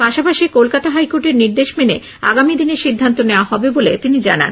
পাশাপাশি কলকাতা হাইকোর্টে নির্দেশ মেনে আগামী দিনে সিদ্ধান্ত নেওয়া হবে বলে তিনি জানান